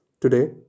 Today